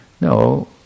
No